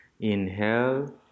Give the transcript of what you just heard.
Inhale